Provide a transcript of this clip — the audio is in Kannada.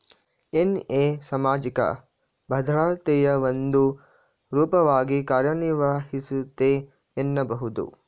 ಎನ್.ಐ ಸಾಮಾಜಿಕ ಭದ್ರತೆಯ ಒಂದು ರೂಪವಾಗಿ ಕಾರ್ಯನಿರ್ವಹಿಸುತ್ತೆ ಎನ್ನಬಹುದು